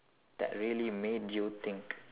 that really made you think